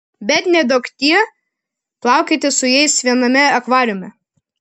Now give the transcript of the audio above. bet neduokdie plaukioti su jais viename akvariume